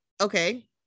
Okay